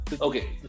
Okay